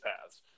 paths